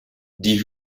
die